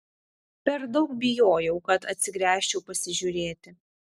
per daug bijojau kad atsigręžčiau pasižiūrėti